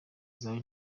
zawe